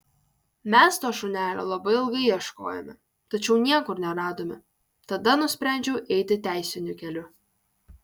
mes to šunelio labai ilgai ieškojome tačiau niekur neradome tada nusprendžiau eiti teisiniu keliu